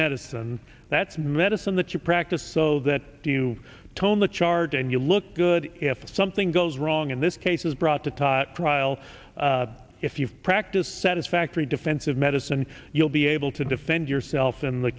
medicine that's medicine that you practice so that you tone the charge and you look good if something goes wrong in this case is brought to tot trial if you practice satisfactory defensive medicine you'll be able to defend yourself in the